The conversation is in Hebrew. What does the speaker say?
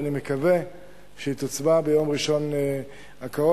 ואני מקווה שיצביעו עליה ביום ראשון הקרוב,